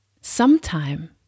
sometime